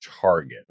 target